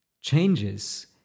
changes